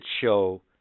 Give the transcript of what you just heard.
show